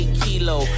kilo